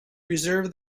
reserve